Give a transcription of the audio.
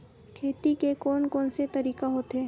खेती के कोन कोन से तरीका होथे?